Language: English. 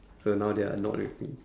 so now they are not with me